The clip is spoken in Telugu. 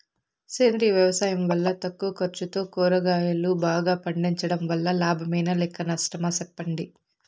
సేంద్రియ వ్యవసాయం వల్ల తక్కువ ఖర్చుతో కూరగాయలు బాగా పండించడం వల్ల లాభమేనా లేక నష్టమా సెప్పండి